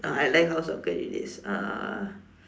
ah I like how soccer it is uh